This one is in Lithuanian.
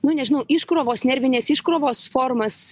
nu nežinau iškrovos nervinės iškrovos formas